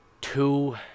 two